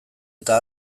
eta